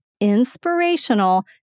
inspirational